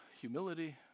humility